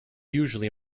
usually